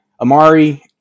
Amari